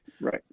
Right